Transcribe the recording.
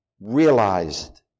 realized